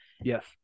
yes